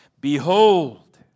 Behold